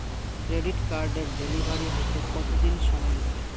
Credit কার্ডের delivery হতে কতদিন সময় লাগে?